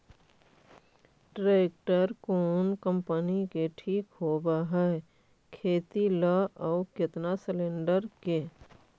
Tractor कोन company के ठीक होब है खेती ल औ केतना सलेणडर के?